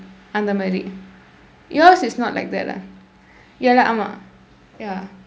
அந்த மாதிரி:andtha maathiri yours is not like that ah ya lah ஆமாம்:aamaam ya